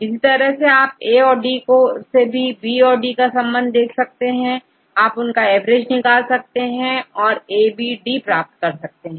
इसी तरह से आप A का D से औरB काD से संबंध देख सकते हैं आप इनका एवरेज निकाल लेते हैं और ABD प्राप्त कर लेते हैं